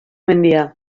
mendia